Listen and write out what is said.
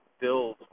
build